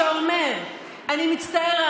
שאומר: אני מצטער,